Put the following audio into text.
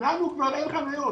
לנו כבר אין חניות.